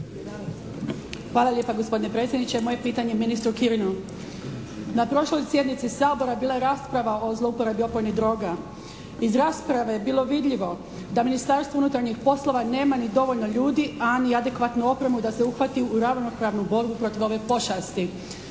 Hvala lijepa gospodine predsjedniče. Moje je pitanje ministru Kirinu. Na prošloj sjednici Sabora bila je rasprava o zlouporabi opojnih droga. Iz rasprave je bilo vidljivo da Ministarstvo unutarnjih poslova nema ni dovoljno ljudi, a ni adekvatnu opremu da se uhvati u ravnopravnu borbu protiv ove pošasti.